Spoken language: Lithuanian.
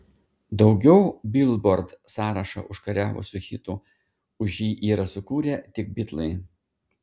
daugiau bilbord sąrašą užkariavusių hitų už jį yra sukūrę tik bitlai